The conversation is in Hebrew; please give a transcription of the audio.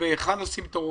היכן לשים את הרופאים.